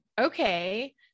okay